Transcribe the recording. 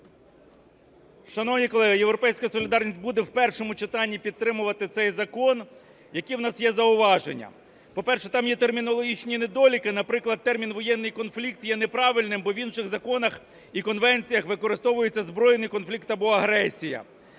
солідарність" буде в першому читанні підтримувати цей закон. Які в нас є зауваження? По-перше, там є термінологічні недоліки. Наприклад, термін "воєнний конфлікт" є неправильним, бо в інших законах і конвенціях використовується "збройний конфлікт" або "агресія".